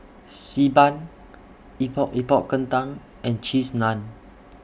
Bi Ban Epok Epok Kentang and Cheese Naan